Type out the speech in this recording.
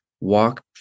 walk